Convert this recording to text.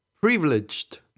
privileged